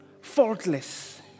faultless